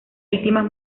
víctimas